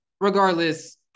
Regardless